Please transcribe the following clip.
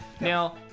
now